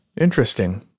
Interesting